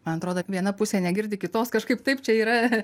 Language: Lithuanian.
man atrodo viena pusė negirdi kitos kažkaip taip čia yra